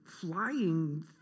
flying